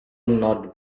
not